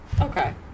okay